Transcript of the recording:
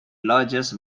largest